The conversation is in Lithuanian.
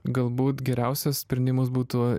galbūt geriausias sprendimas būtų